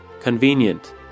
Convenient